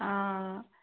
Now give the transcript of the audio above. ಆಂ